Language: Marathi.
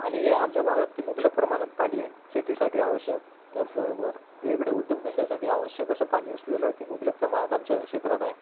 पाणी जे आहे आमच्या भागात ते मुबलक प्रमाणात पाणी आहे शेतीसाठी आवश्यक त्याचबरोबर ते इकडे उद्योगधंद्यासाठी आवश्यक असं पाणी असलेलं ते मुबलक प्रमाणात आमच्या क्षेत्रात आहे